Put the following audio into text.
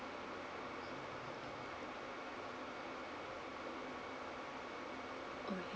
okay